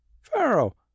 pharaoh